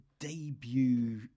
Debut